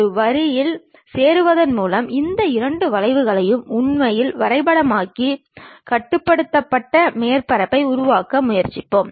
ஒரு வரியில் சேருவதன் மூலம் இந்த இரண்டு வளைவுகளையும் உண்மையில் வரைபடமாக்கி கட்டுப்படுத்தப்பட்ட மேற்பரப்பை உருவாக்க முயற்சிப்போம்